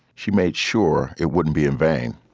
she made sure it wouldn't be in vain